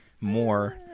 more